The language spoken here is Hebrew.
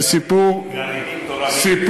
זה סיפור אחר.